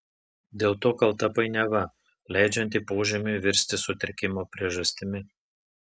dėl to kalta painiava leidžianti požymiui virsti sutrikimo priežastimi